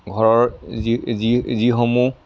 ঘৰৰ যি যি যিসমূহ